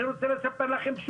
אני רוצה לספר לכם,